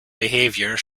behaviour